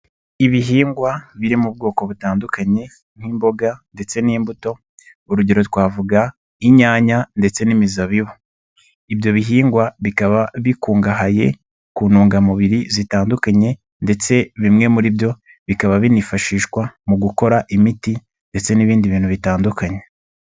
Ibihingwa biri mu bwoko butandukanye nk'imboga ndetse n'imbuto, urugero twavuga inyanya ndetse n'imizabibu, ibyo bihingwa bikaba bikungahaye ku ntungamubiri zitandukanye ndetse bimwe muri byo bikaba binifashishwa mu gukora imiti ndetse n'ibindi bintu bitandukanye.